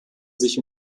sich